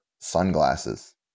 sunglasses